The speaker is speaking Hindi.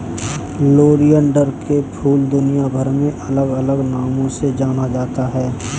ओलियंडर के फूल दुनियाभर में अलग अलग नामों से जाना जाता है